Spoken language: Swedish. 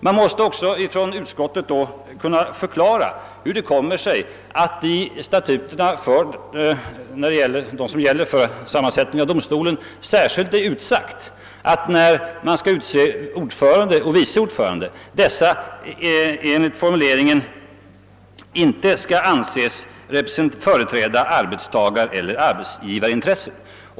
Man måste också från utskottet kunna förklara hur det kommer sig att i de bestämmelser som gäller för sammansättning av arbetsdomstolen särskilt är utsagt, att när man skall utse ordförande och vice ordförande dessa inte skall »anses företräda arbetstagareller arbetsgivarintresse».